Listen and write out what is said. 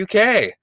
UK